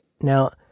Now